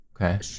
Okay